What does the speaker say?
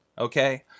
okay